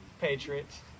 Patriots